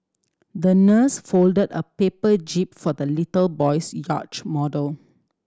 the nurse folded a paper jib for the little boy's yacht model